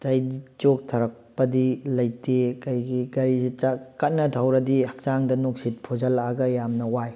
ꯆꯣꯛꯊꯔꯛꯄꯗꯤ ꯂꯩꯇꯦ ꯀꯩꯒꯤ ꯀꯩꯒꯤ ꯀꯟꯅ ꯊꯧꯔꯗꯤ ꯍꯛꯆꯥꯡꯗ ꯅꯨꯡꯁꯤꯠ ꯐꯨꯖꯜꯂꯛꯑꯒ ꯌꯥꯝꯅ ꯋꯥꯏ